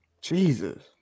Jesus